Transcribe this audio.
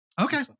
Okay